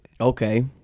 Okay